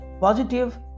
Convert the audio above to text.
positive